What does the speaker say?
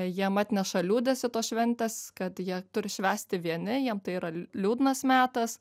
jiem atneša liūdesį tos šventės kad jie turi švęsti vieni jiem tai yra liūdnas metas